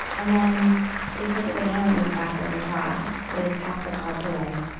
and then they put the banana leaf back over top, they pack the pots away,